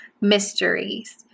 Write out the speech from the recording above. mysteries